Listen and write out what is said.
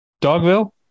dogville